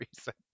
reason